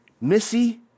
Missy